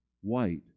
white